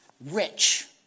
rich